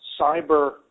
cyber